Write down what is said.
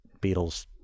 Beatles